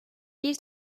bir